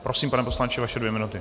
Prosím, pane poslanče, vaše dvě minuty.